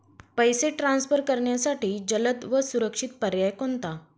पैसे ट्रान्सफर करण्यासाठी जलद व सुरक्षित पर्याय कोणता?